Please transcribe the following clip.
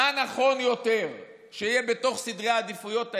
מה נכון יותר שיהיה בתוך סדרי העדיפויות האלה: